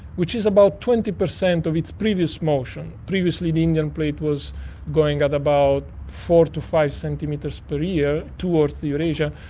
which is about twenty percent of its previous motion. previously the indian plate was going at about four to five centimetres per year towards eurasia.